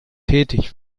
tätig